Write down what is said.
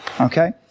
Okay